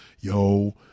Yo